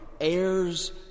Heirs